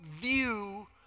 view